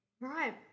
Right